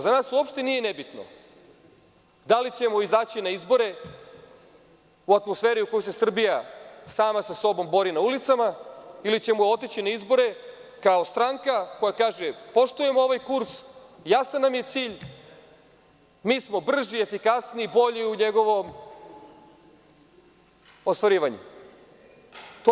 Za nas uopšte nije nebitno da li ćemo izaći na izbore u atmosferi u kojoj se Srbija sama sa sobom bori na ulicama ili ćemo otići na izbore kao stranka, koja kaže poštujemo ovaj kurs, jasan nam je cilj, mi smo brži, efikasniji, bolji u njegovom ostvarivanju.